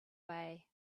way